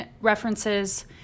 references